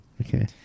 Okay